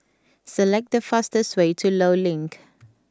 select the fastest way to Law Link